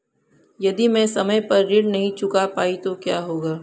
यदि मैं समय पर ऋण नहीं चुका पाई तो क्या होगा?